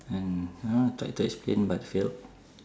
and you know tried to explain but failed